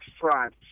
front